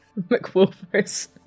McWolfers